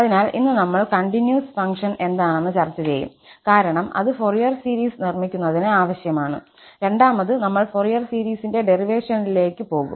അതിനാൽ ഇന്ന് നമ്മൾ കണ്ടിന്യൂസ് ഫംഗ്ഷൻ എന്താണെന്ന് ചർച്ചചെയ്യും കാരണം അത് ഫൊറിയർ സീരീസ് നിർമ്മിക്കുന്നതിന് ആവശ്യമാണ് രണ്ടാമത് നമ്മൾ ഫൊറിയർ സീരീസിന്റെ ഡെറിവേഷനിലേക്ക് പോകും